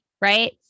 right